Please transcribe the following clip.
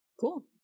Cool